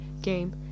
game